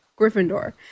Gryffindor